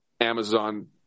Amazon